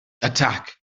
attack